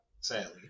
sadly